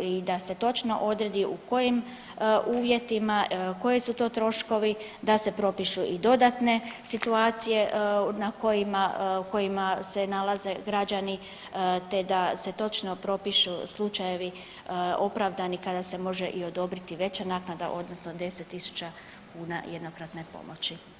i da se točno odredi u kojim uvjetima, koji su to troškovi, da se propišu i dodatne situacije na kojima, u kojima se nalaze građani, te da se točno propišu slučajevi opravdani kada se može odobriti i veća naknada odnosno 10.000 kuna jednokratne pomoći.